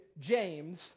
James